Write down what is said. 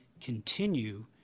continue